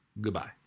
Goodbye